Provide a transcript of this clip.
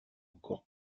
encore